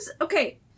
Okay